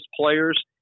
players